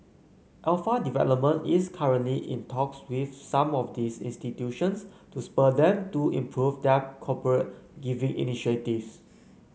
Alpha Development is currently in talks with some of these institutions to spur them to improve their corporate giving initiatives